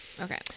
okay